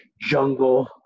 jungle